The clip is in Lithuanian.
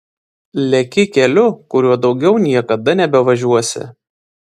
leki keliu kuriuo daugiau niekada nebevažiuosi